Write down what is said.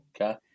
Okay